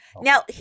Now